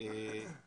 אדוני היושב-ראש.